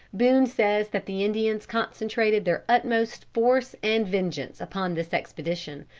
boone says that the indians concentrated their utmost force and vengeance upon this expedition,